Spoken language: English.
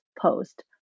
post